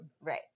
Right